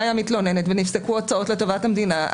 היא המתלוננת ונפסקו הוצאות לטובת המדינה,